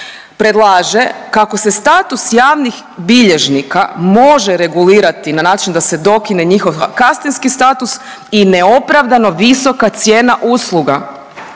predlaže kako se status javnih bilježnika može regulirati na način da se dokine njihov kastinski status i neopravdano visoka cijena usluga.